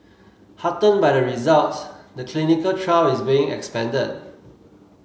heartened by the results the clinical trial is being expanded